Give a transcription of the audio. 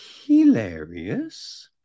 hilarious